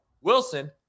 wilson